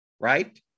right